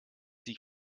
sich